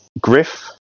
Griff